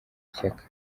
ishyaka